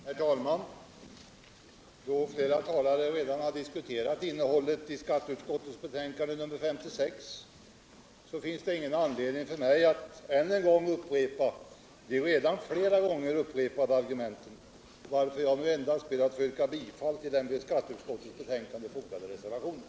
Herr talman! Då flera talare redan har diskuterat innehållet i skatteutskottets betänkande nr 56, finns det ingen anledning för mig att än en gång upprepa de flera gånger upprepade argumenten, varför jag nu endast ber att få yrka bifall till den vid detta betänkande fogade reservationen.